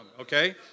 okay